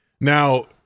Now